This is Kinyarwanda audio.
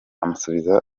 amusubiza